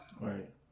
Right